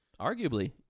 Arguably